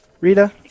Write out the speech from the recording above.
Rita